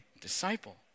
disciple